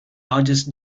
largest